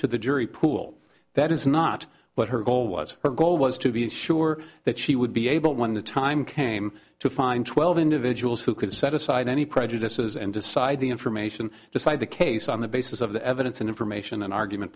to the jury pool that is not what her goal was her goal was to be sure that she would be able when the time came to find twelve individuals who could set aside any prejudices and decide the information decide the case on the basis of the evidence and information and argument